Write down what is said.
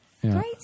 Great